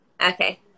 okay